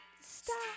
stop